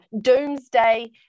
doomsday